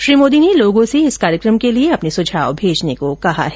श्री मोदी ने लोगों से इस कार्यकम के लिए अपने विचार भेजने को कहा है